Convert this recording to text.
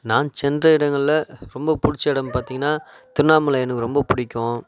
நான் சென்ற இடங்களில் ரொம்ப பிடிச்ச இடம் பார்த்தீங்கன்னா திருண்ணாமலை எனக்கு ரொம்ப பிடிக்கும்